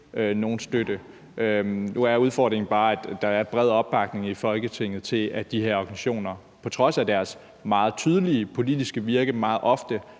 nogen støtte. Nu er udfordringen bare, at der er bred opbakning i Folketinget til, at de her organisationer på trods af deres meget tydelige politiske virke – meget ofte